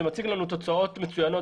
זה מציג לנו תוצאות מצוינות,